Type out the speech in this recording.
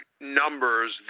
numbers